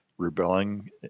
rebelling